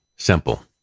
Simple